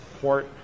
port